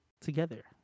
together